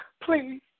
please